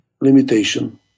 limitation